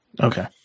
Okay